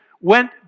went